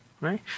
Right